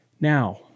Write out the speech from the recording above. Now